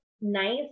nice